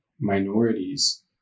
minorities